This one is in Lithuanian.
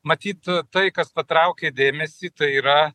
matyt tai kas patraukė dėmesį tai yra